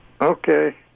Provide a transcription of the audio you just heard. Okay